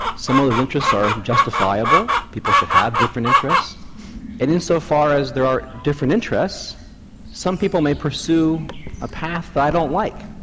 some of those interests are justifiable, people should have different interests. and in so far as there are different interests some people may pursue a path i don't like.